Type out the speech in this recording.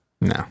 No